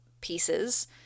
pieces